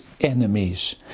enemies